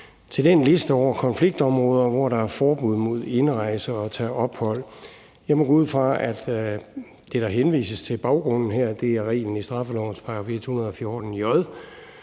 til den liste over konfliktområder, hvor der er forbud mod indrejse og mod at tage ophold. Jeg må gå ud fra, at det, der henvises til som baggrunden her, er reglen i straffelovens § 114 j,